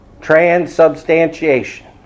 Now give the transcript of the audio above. Transubstantiation